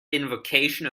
invocation